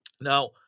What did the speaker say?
Now